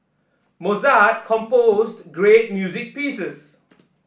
Mozart composed great music pieces